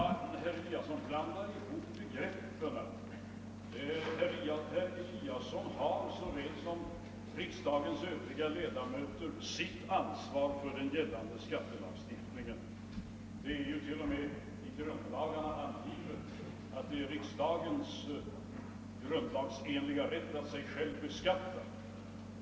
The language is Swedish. Herr talman! Herr Eliasson i Sundborn blandar ihop begreppen. Herr Eliasson har, lika väl som riksdagens övriga ledamöter, sitt ansvar för den gällande skattelagstiftningen — t.o.m. i grundlagarna har ju angivits att det är riksdagens grundlagsenliga rätt att sig själv beskatta.